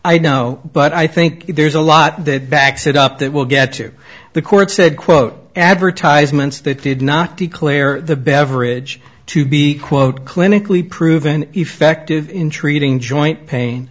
i know but i think there's a lot that backs it up that will get to the court said quote advertisements that did not declare the beverage to be quote clinically proven effective in treating joint pain